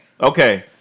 Okay